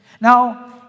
Now